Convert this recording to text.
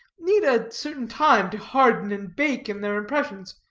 need a certain time to harden and bake in their impressions,